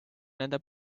nende